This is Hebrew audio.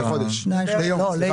למשפחה.